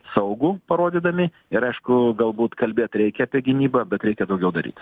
saugų parodydami ir aišku galbūt kalbėt reikia apie gynybą bet reikia daugiau daryt